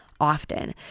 often